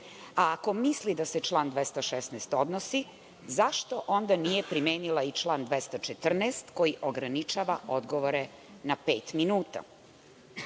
Ako misli da se član 216. odnosi, zašto onda nije primenila i član 214. koji ograničava odgovore na pet minuta? Zašto